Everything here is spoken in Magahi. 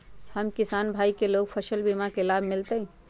हम किसान भाई लोग फसल बीमा के लाभ मिलतई?